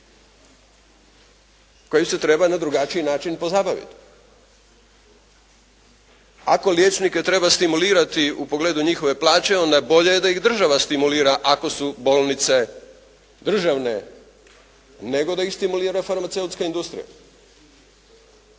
koja se treba na drugačiji način pozabaviti. Ako liječnike treba stimulirati u pogledu njihove plaće onda je bolje da ih država stimulira ako su bolnice državne nego da ih stimulira farmaceutska industrija.